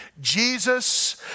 Jesus